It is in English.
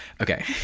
Okay